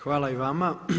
Hvala i vama.